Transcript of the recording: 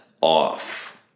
off